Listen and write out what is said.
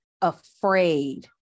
afraid